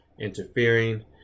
interfering